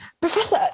Professor